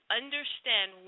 understand